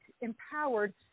empowered